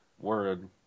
Word